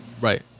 Right